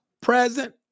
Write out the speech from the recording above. present